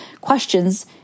questions